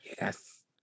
Yes